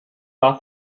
war